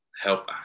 help